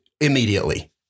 immediately